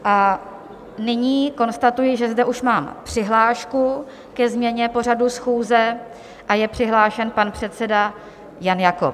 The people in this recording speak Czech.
A nyní konstatuji, že zde už mám přihlášku ke změně pořadu schůze, je přihlášen pan předseda Jan Jakob.